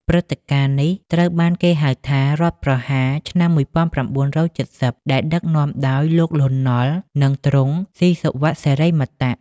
ព្រឹត្តិការណ៍នេះត្រូវបានគេហៅថា "រដ្ឋប្រហារឆ្នាំ ១៩៧០" ដែលដឹកនាំដោយលោក លន់ នល់ និងទ្រង់ ស៊ីសុវត្ថិ សិរិមតៈ។